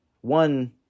one